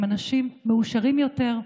הם אנשים מאושרים יותר.